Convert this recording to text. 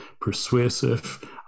persuasive